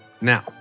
Now